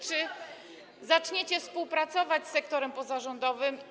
Czy zaczniecie współpracować z sektorem pozarządowym?